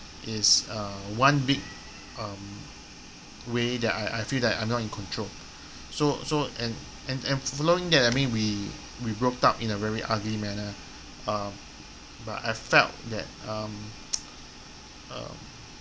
is uh one big um way that I I feel that I'm not in control so so and and and following that I mean we we broke up in a very ugly manner uh but I felt that um uh